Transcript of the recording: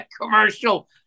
commercial